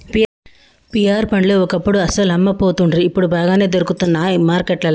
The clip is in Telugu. పియార్ పండ్లు ఒకప్పుడు అస్సలు అమ్మపోతుండ్రి ఇప్పుడు బాగానే దొరుకుతానయ్ మార్కెట్లల్లా